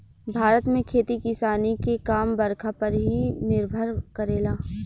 भारत में खेती किसानी के काम बरखा पर ही निर्भर करेला